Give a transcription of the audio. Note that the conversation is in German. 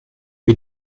wie